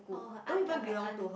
oh her aunt tell her aunt